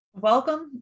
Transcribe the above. Welcome